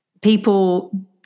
people